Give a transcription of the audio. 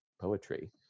poetry